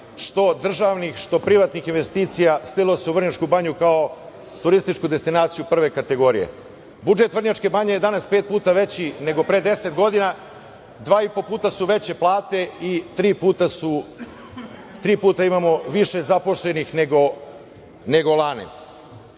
što državnih, što privatnih investicija slilo se u Vrnjačku Banju kao turističku destinaciju prve kategorije. Budžet Vrnjačke Banje je danas pet puta veći nego pre 10 godina, dva i po puta su veće plate i tri puta imamo više zaposlenih nego lane. Danas